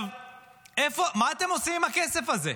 מה אתם עושים עם הכסף הזה?